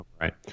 right